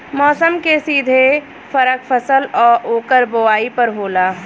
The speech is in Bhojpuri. मौसम के सीधे फरक फसल आ ओकर बोवाई पर होला